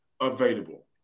available